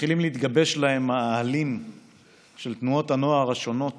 מתחילים להתגבש להם מאהלים של תנועות הנוער השונות